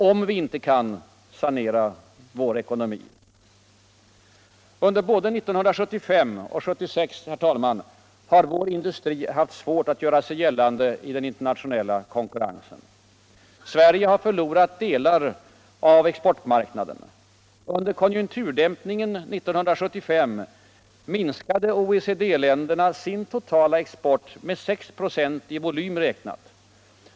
om vi inte kan sanera vår ekonont. — Under både 1975 och 1976, herr talman, har vår industri haft svårt alt göra sig gällande i-den internationella konkurrensen. Sverige har förlorat delar av exportmarknaderna. Under konjunkturdämpningen 1975 minskade OECD-länderna sin totala export med 6761 volym räknat.